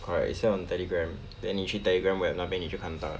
correct 是用 Telegram then 你去 Telegram web 那边你就看到 liao